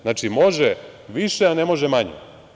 Znači, može više, a ne može manje.